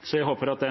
Så jeg håper at